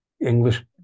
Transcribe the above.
English